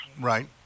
right